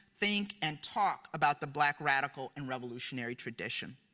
think, and talk about the black, radical and revolutionary tradition.